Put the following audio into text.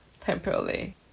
temporarily